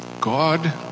God